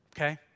okay